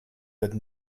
that